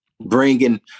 Bringing